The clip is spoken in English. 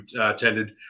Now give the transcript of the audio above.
attended